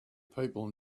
people